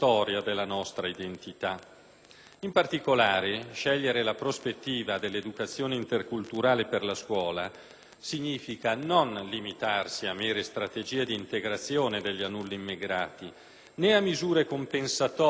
In particolare, scegliere la prospettiva dell'educazione interculturale per la scuola significa non limitarsi a mere strategie di integrazione degli alunni immigrati, né a misure compensatorie di carattere speciale;